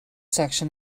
section